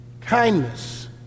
kindness